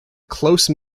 close